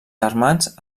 germans